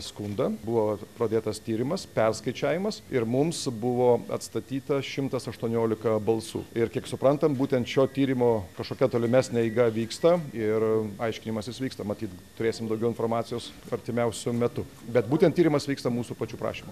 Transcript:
skundą buvo pradėtas tyrimas perskaičiavimas ir mums buvo atstatyta šimtas aštuoniolika balsų ir kiek suprantam būtent šio tyrimo kažkokia tolimesnė eiga vyksta ir aiškinimasis vyksta matyt turėsim daugiau informacijos artimiausiu metu bet būtent tyrimas vyksta mūsų pačių prašymu